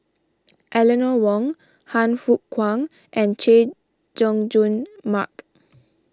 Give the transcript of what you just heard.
Eleanor Wong Han Fook Kwang and Chay Jung Jun Mark